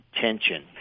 tension